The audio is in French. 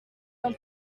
l’an